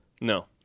No